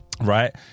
Right